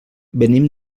venim